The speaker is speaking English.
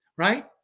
Right